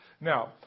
Now